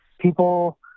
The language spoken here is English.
people